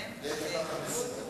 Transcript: האם גם שם